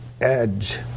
edge